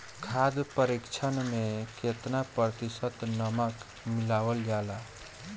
खाद्य परिक्षण में केतना प्रतिशत नमक मिलावल जाला?